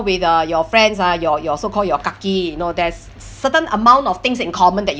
with uh your friends ah your your so called your kaki you know there's certain amount of things in common that you